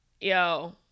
Yo